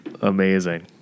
amazing